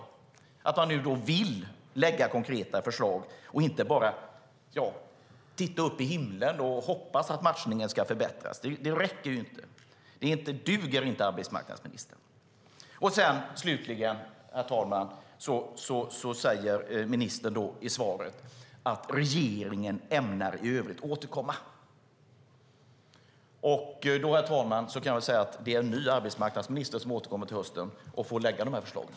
Man hade hoppats att hon hade sagt att ni vill lägga fram konkreta förslag och inte bara titta upp i himlen och hoppas att matchningen ska förbättras. Det räcker inte. Det duger inte, arbetsmarknadsministern. Slutligen, herr talman, säger ministern i svaret att regeringen ämnar i övrigt återkomma. Jag kan säga att det är en ny arbetsmarknadsminister som återkommer till hösten och får lägga fram de här förslagen.